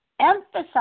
emphasize